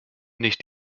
nicht